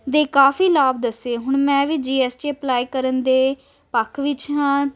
ਦੇ ਕਾਫੀ ਲਾਭ ਦੱਸੇ ਹੁਣ ਮੈਂ ਵੀ ਜੀਐਸਟੀ ਅਪਲਾਈ ਕਰਨ ਦੇ ਪੱਖ ਵਿੱਚ ਹਾਂ